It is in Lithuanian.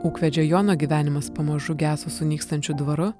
ūkvedžio jono gyvenimas pamažu geso su nykstančiu dvaru